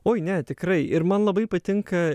oi ne tikrai ir man labai patinka